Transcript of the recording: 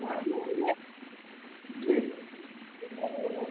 ठीक